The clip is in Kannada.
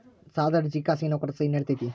ಸಾಲದ ಅರ್ಜಿಗೆ ಖಾಸಗಿ ನೌಕರರ ಸಹಿ ನಡಿತೈತಿ?